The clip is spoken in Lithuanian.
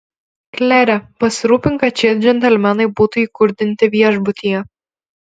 klere pasirūpink kad šie džentelmenai būtų įkurdinti viešbutyje